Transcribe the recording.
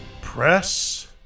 Press